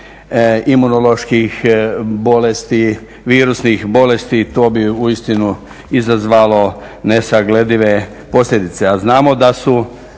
imunoloških i virusnih bolesti, to bi uistinu izazvalo nesagledive posljedice. A znamo da su